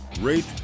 rate